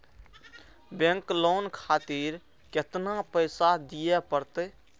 Bank loan खातीर केतना पैसा दीये परतें?